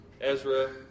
Ezra